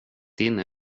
din